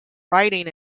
writing